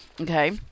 okay